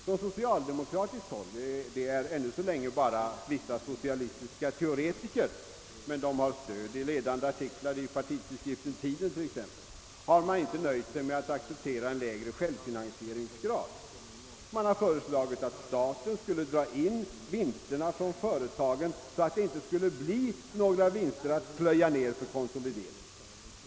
Från socialdemokratiskt håll — det gäller ännu så länge bara vissa socialistiska teoretiker, som dock har stöd bl.a. i den ledande partitidskriften Tiden — har man inte nöjt sig med att acceptera en lägre självfinansieringsgrad. Man har föreslagit att staten skulle dra in vinsterna från företagen, så att det inte blir några vinster att plöja ned för konsolidering.